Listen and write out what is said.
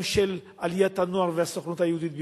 של עליית הנוער והסוכנות היהודית בלבד,